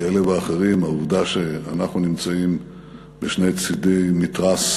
כאלה ואחרים, העובדה שאנחנו נמצאים בשני צדי מתרס